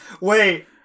wait